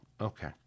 okay